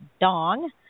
Dong